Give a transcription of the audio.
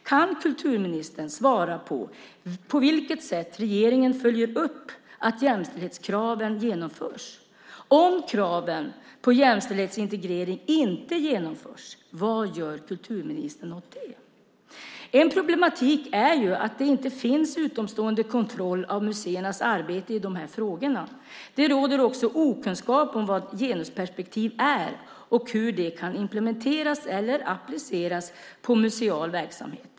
Kan kulturministern svara på hur regeringen följer upp att jämställdhetskraven tillgodoses? Vad gör kulturministern om kraven på jämställdhetsintegrering inte tillgodoses? En problematik är att det inte finns utomstående kontroll av museernas arbete i dessa frågor. Det råder också okunskap om vad ett genusperspektiv är och hur det kan implementeras eller appliceras på museal verksamhet.